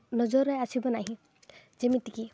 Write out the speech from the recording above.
ନଜରରେ ଆସିବ ନାହିଁ ଯେମିତିକି